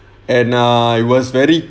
and err it was very